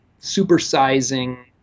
supersizing